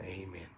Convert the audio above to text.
amen